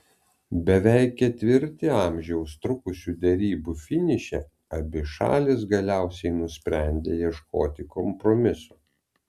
beveik ketvirtį amžiaus trukusių derybų finiše abi šalys galiausiai nusprendė ieškoti kompromisų